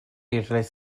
utilize